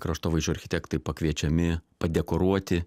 kraštovaizdžio architektai pakviečiami padekoruoti